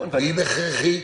ואם הכרחי,